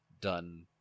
done